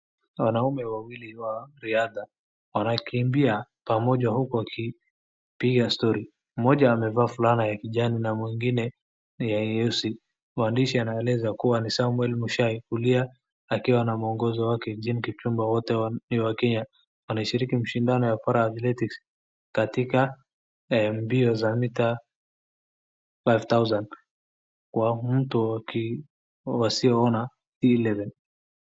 wanaume wawili wa riadhaa wanakimbia pamoja huku wakipiga story mmoja amevaa fulana ya kijani na mwingine ya nyeusi mwandishi aneleza kuwa ni samuel mushai kulia akiwa na mwongozo wake Jean Kipchumba wote wakenya wanashiriki mashindano ya Para athletics katika mio za mita five thousand kwa mtu asioona